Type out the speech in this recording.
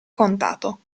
contato